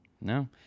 No